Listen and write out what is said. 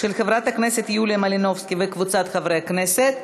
של חברת הכנסת יוליה מלינובסקי וקבוצת חברי הכנסת.